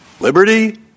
Liberty